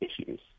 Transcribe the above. issues